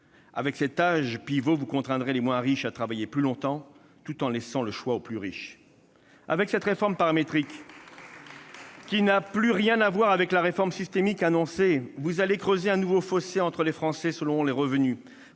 Avec cet âge pivot, vous allez contraindre les moins riches à travailler plus longtemps, tout en laissant le choix aux plus riches de poursuivre ou non. Avec cette réforme paramétrique, qui n'a plus rien à voir avec la réforme systémique annoncée, vous allez creuser un nouveau fossé entre les Français en fonction